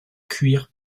cuir